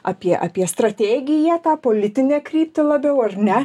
apie apie strategiją tą politinę kryptį labiau ar ne